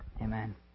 amen